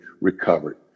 recovered